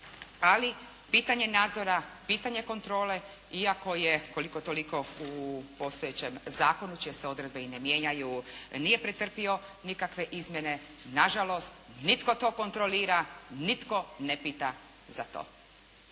ali pitanje nadzora, pitanje kontrole iako je koliko-toliko u postojećem zakonu čije se odredbe i ne mijenjaju, nije pretrpio nikakve izmjene, na žalost nitko to kontrolira, nitko ne pita za to.